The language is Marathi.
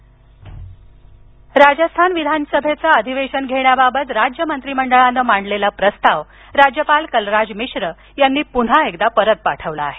राजस्थान राजस्थान विधान सभेच अधिवेशन घेण्याबाबत राज्य मंत्रीमंडळानं मांडलेला प्रस्ताव राज्यपाल कलराज मिश्र यांनी पुन्हा एकदा परत पाठवला आहे